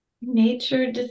Nature